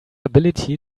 ability